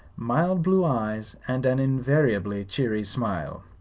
mild blue eyes and an invariably cheery smile.